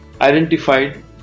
identified